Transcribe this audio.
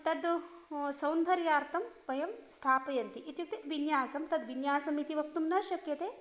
तद् सौन्दर्यार्थं वयं स्थापयन्ति इत्युक्ते विन्यासं तद्विन्यासम् इति वक्तुं न शक्यते